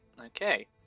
Okay